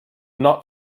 not